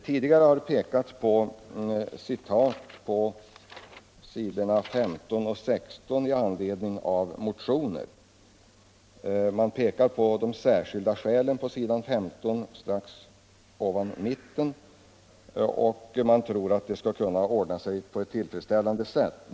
Tidigare har hänvisats till s. 15 och 16 i betänkandet, och man har läst upp citat därifrån i anledning av motioner — det talas strax ovanför mitten på s. 15 om att undantag från förbudet bör kunna medges när det föreligger särskilda skäl. Man tror att det skall kunna ordna sig på ett tillfredsställande sätt.